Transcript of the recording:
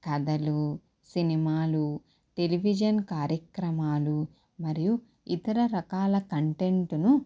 కథలు సినిమాలు టెలివిజన్ కార్యక్రమాలు మరియు ఇతర రకాల కంటెంటును